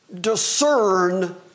discern